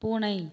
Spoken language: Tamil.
பூனை